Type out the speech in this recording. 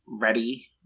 ready-